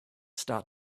start